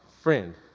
friend